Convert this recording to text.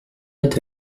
est